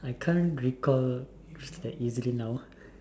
I can't recall that easily now